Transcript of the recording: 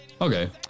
Okay